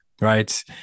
Right